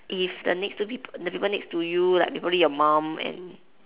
if the next two people the people next to you like probably your mum and